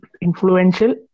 influential